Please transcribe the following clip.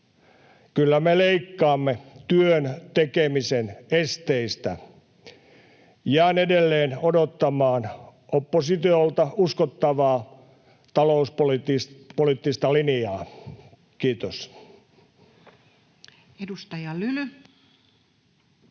Kyllä me leikkaamme työn tekemisen esteistä. Jään edelleen odottamaan oppositiolta uskottavaa talouspoliittista linjaa. — Kiitos.